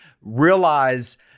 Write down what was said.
realize